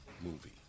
movie